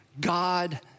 God